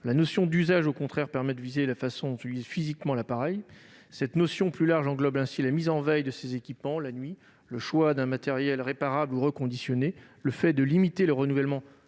La notion d'usage permet, au contraire, de viser la façon dont on utilise physiquement l'appareil. Cette notion plus large englobe ainsi la mise en veille des équipements la nuit, le choix d'un matériel réparable ou reconditionné, le fait de limiter le renouvellement